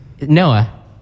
Noah